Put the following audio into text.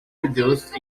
produced